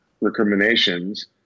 recriminations